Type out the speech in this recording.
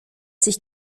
sich